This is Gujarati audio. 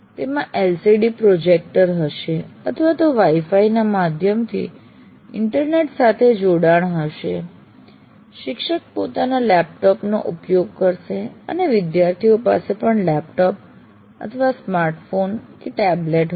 તેમાં LCD પ્રોજેક્ટર હશે અથવા તો વાઇ ફાઇ ના માધ્યમથી ઇન્ટરનેટ સાથે જોડાણ હશે શિક્ષક પોતાના લેપટોપ નો ઉપયોગ કરશે અને વિદ્યાર્થીઓ પાસે પણ લેપટોપ અથવા સ્માર્ટ ફોન ટેબ્લેટ્સ હશે